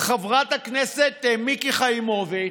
חברת הכנסת מיקי חיימוביץ',